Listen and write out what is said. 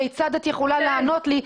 כיצד את יכולה לענות לי?